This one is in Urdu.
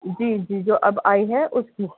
جی جی جو اب آئی ہے اس کی